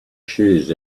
shoes